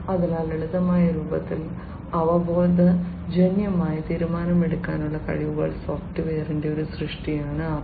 അതിനാൽ ലളിതമായ രൂപത്തിൽ അവബോധജന്യമായ തീരുമാനമെടുക്കാനുള്ള കഴിവുള്ള സോഫ്റ്റ്വെയറിന്റെ ഒരു സൃഷ്ടിയാണ് AI